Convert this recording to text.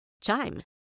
Chime